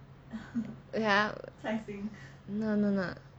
ya no no no